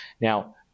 Now